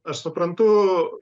aš suprantu